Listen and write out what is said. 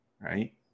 right